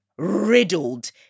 riddled